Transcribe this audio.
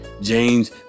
James